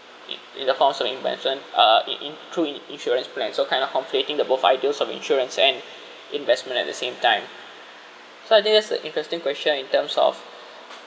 in in the forms of investment uh in~ in~ through in~ insurance plan so kind of conflating the both ideals of insurance and investment at the same time so I think that's a interesting question in terms of